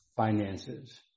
Finances